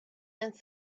and